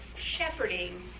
shepherding